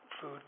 food